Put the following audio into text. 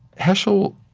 heschel